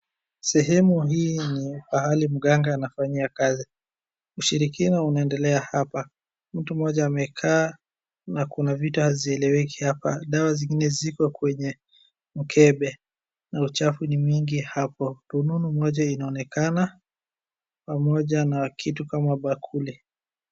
Sehemu hii ni pahali mganga anafanyia kazi. Ushirikina unaendelea hapa. Mtu mmoja amekaa na kuna vitu hazieleweki hapa. Dawa zingine ziko kwenye mkebe, na uchafu ni mingi hapo. Rununu moja inaonekana, pamoja na kitu kama bakuli.